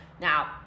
Now